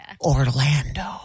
Orlando